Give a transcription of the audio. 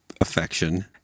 affection